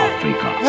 Africa